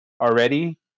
already